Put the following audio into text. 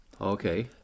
Okay